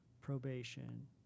probation